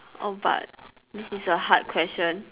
oh but this is a hard question